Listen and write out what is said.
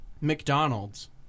McDonald's